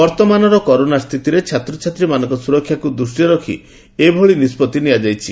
ବର୍ଉମାନର corona ସ୍ତିତିରେ ଛାତ୍ରଛାତ୍ରୀମାନଙ୍କ ସୁରକ୍ଷାକୁ ଦୃଷ୍କିରେ ରଖି ଏହି ନିଷ୍ବଉି ନିଆଯାଇଛି